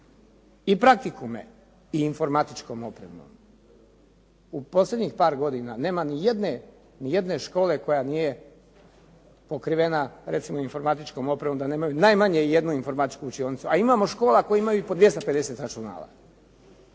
i praktikume, i informatičkom opremom. U posljednjih par godina nema nijedne škole koja nije pokrivena recimo informatičkom opremom da nemaju najmanje jednu informatičku učionicu, a imamo škola koje imaju i po 250 računala.